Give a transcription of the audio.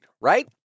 right